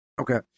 Okay